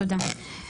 תודה.